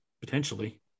potentially